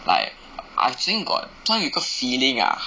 like I think got 突然有一个 feeling ah